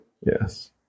Yes